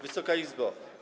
Wysoka Izbo!